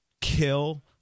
kill